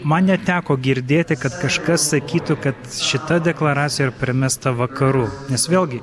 man neteko girdėti kad kažkas sakytų kad šita deklaracija yra primesta vakarų nes vėlgi